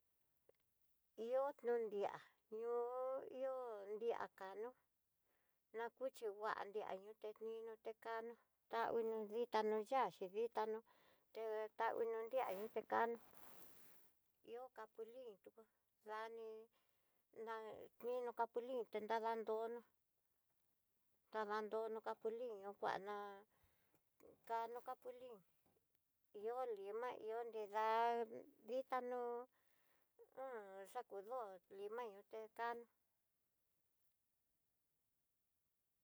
Ihó no nria ñoo ihó nria kanú, na kuxhi ngua nriá niute niuté kanó ta uno dita nró yaxi ditanó detá uno nria nrukano ihó capulin tú nani kuin no capulin te nradá nró nó nadanróno capulin, ihó kuana kano capulin ihó limá ihó nrida nritanó hun xaku ndó lima yuté kan.